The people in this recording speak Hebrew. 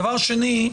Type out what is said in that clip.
דבר שני,